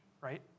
right